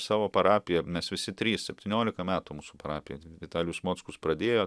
savo parapijoje mes visi trys septyniolika metų mūsų parapijoje vitalijus mockus pradėjo